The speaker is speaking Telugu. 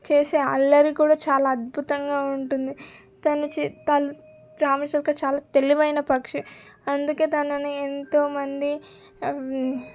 చేసే అల్లరి కూడా చాలా అద్భుతంగా ఉంటుంది తను చె తను రామచిలక ఒక చాలా తెలివైన పక్షి అందుకే తనని ఎంతోమంది